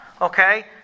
okay